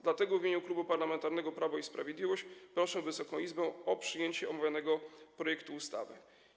Dlatego w imieniu Klubu Parlamentarnego Prawo i Sprawiedliwość proszę Wysoką Izbę o przyjęcie omawianego projektu ustawy.